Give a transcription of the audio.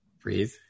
Breathe